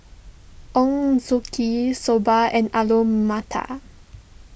Ochazuke Soba and Alu Matar